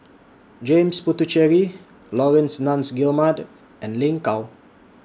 James Puthucheary Laurence Nunns Guillemard and Lin Gao